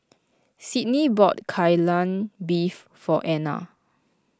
Sydney bought Kai Lan Beef for Anner